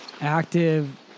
active